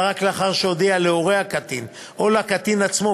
רק לאחר שהודיע להורי הקטין או לקטין עצמו,